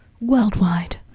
worldwide